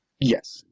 Yes